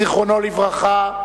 זיכרונו לברכה,